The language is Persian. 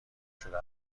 شده